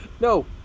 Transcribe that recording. No